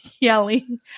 yelling